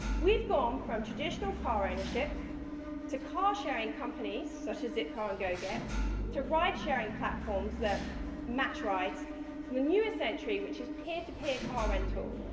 we've gone from traditional car-ownership to car-sharing companies, such as zipcar and goget, to ride-sharing platforms that match rides to the newest entry, which is peer-to-peer car rental,